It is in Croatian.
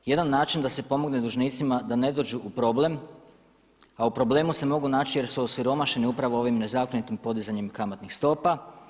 Jedan način da se pomogne dužnicima da ne dođu u problem, a u problemu se mogu naći jer su osiromašeni upravo ovim nezakonitim podizanjem kamatnih stopa.